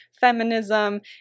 feminism